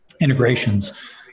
integrations